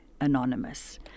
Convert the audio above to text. anonymous